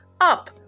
up